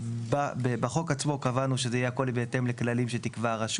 בחוק עצמו קבענו שהכול יהיה בהתאם לכללים שתקבע הרשות.